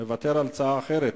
מוותר על הצעה אחרת.